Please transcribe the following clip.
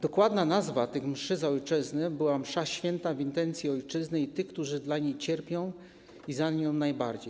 Dokładna nazwa tych mszy za ojczyznę to msza św. w intencji ojczyzny i tych, którzy dla niej cierpią najbardziej.